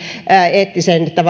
eettisen